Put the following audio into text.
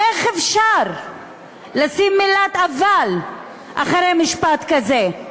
איך אפשר לשים את המילה "אבל" אחרי משפט כזה?